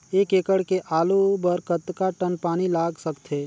एक एकड़ के आलू बर कतका टन पानी लाग सकथे?